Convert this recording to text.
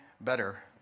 better